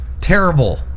terrible